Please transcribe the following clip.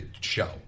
show